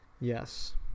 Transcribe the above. Yes